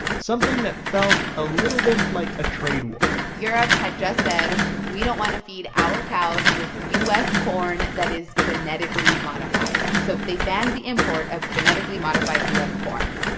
something that felt a little bit like a trade war europe had just said, we don't want to feed our cows with u s. corn that is genetically modified, so they banned the import of genetically modified u s. corn.